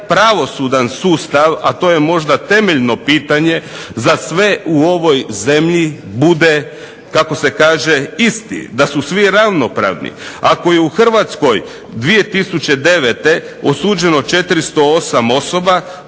pravosudan sustav a to je možda temeljno pitanje, za sve u ovoj zemlji bude kako se kaže isti, da su svi ravnopravni. Ako je u Hrvatskoj 2009. osuđeno 408 osoba